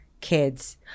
kids